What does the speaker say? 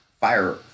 fire